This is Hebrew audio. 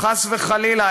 חס וחלילה,